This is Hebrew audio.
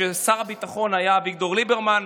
כששר הביטחון היה אביגדור ליברמן.